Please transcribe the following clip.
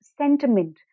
sentiment